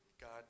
God